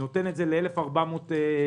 הוא נותן את זה ל-1,400 תלמידים.